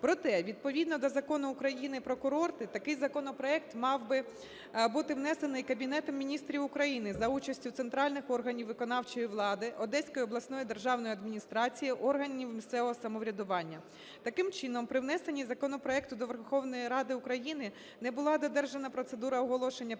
Проте, відповідно до Закону України "Про курорти" такий законопроект мав би бути внесений Кабінетом Міністрів України за участю центральних органів виконавчої влади, Одеської обласної державної адміністрації, органів місцевого самоврядування. Таким чином, при внесенні законопроекту до Верховної Ради України не була додержана процедура оголошення природних